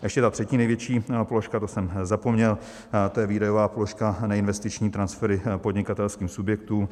Ještě ta třetí největší položka, to jsem zapomněl, to je výdajová položka neinvestiční transfery podnikatelským subjektům.